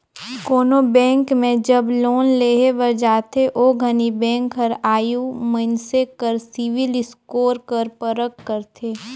कोनो बेंक में जब लोन लेहे बर जाथे ओ घनी बेंक हर आघु मइनसे कर सिविल स्कोर कर परख करथे